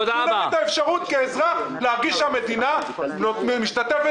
תנו להם את האפשרות כאזרחים להרגיש שהמדינה משתתפת